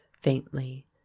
faintly